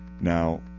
Now